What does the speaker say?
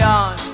on